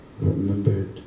remembered